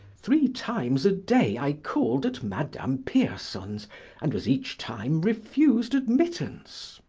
three times a day i called at madame pierson's and was each time refused admittance.